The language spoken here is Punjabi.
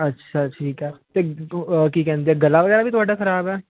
ਅੱਛਾ ਠੀਕ ਆ ਅਤੇ ਕੀ ਕਹਿੰਦੇ ਆ ਗਲਾ ਵਗੈਰਾ ਵੀ ਤੁਹਾਡਾ ਖ਼ਰਾਬ ਆ